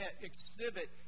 exhibit